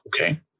Okay